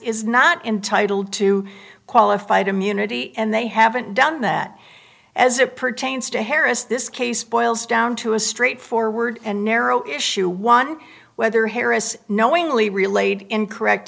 is not entitled to qualified immunity and they haven't done that as it pertains to harris this case boils down to a straightforward and narrow issue one whether harris knowingly relayed incorrect